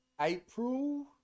April